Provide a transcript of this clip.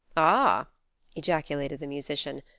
ah ejaculated the musician,